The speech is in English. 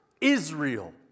Israel